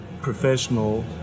professional